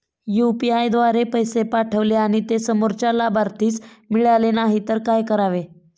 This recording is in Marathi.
यु.पी.आय द्वारे पैसे पाठवले आणि ते समोरच्या लाभार्थीस मिळाले नाही तर काय करावे?